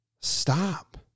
Stop